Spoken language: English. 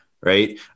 right